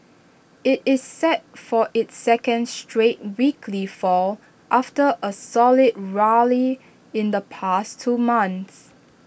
IT is set for its second straight weekly fall after A solid rally in the past two months